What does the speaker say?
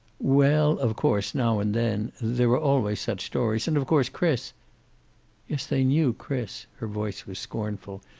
well, of course now and then there are always such stories. and of course chris yes, they knew chris. her voice was scornful.